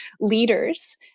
leaders